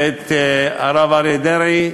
ואת הרב אריה דרעי,